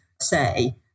say